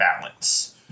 balance